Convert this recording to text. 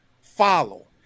follow